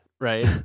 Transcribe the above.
right